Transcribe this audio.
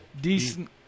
Decent